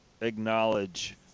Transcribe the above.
acknowledge